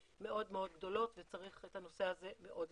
מאוד מאוד גדולות וצריך את הנושא הזה מאוד לתגבר.